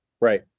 Right